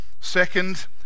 second